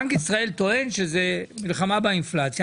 בנק ישראל טוען שזאת מלחמה באינפלציה.